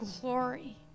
glory